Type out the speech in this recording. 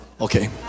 Okay